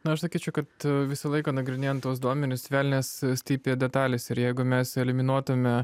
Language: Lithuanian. na aš sakyčiau kad visą laiką nagrinėjant tuos duomenis velnias slypi detalėse ir jeigu mes eliminuotume